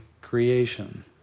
creation